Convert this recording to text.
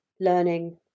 learning